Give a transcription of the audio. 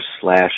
slash